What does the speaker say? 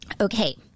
Okay